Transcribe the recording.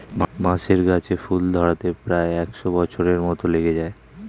বাঁশের গাছে ফুল ধরতে প্রায় একশ বছর মত লেগে যায়